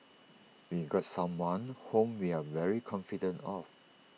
we got someone whom we are very confident of